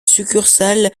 succursale